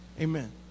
Amen